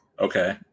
Okay